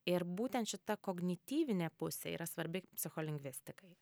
ir būtent šita kognityvinė pusė yra svarbi psicholingvistikai